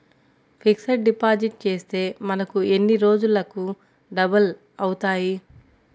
Fixed deposit చేస్తే మనకు ఎన్ని రోజులకు డబల్ అవుతాయి?